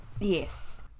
Yes